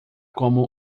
como